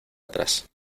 atrás